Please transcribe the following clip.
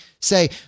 Say